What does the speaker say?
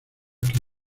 que